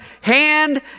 hand